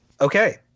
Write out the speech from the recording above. Okay